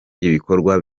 ibikorwa